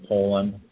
Poland